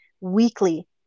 weekly